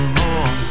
more